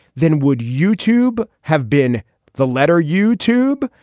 then would youtube have been the letter youtube?